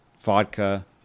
vodka